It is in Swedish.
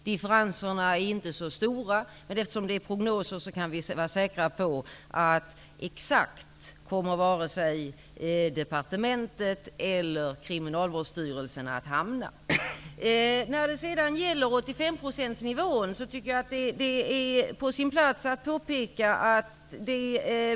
Differenserna är inte så stora, men eftersom det är prognoser kan vi vara säkra på att varken departementet eller Kriminalvårdsstyrelsen har kommit fram till de exakta siffrorna.